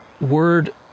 word